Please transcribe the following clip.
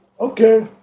Okay